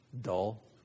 dull